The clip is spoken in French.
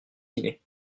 dîner